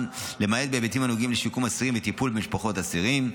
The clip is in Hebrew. למעט בהיבטים הנוגעים לשיקום אסירים וטיפול במשפחות אסירים.